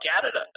Canada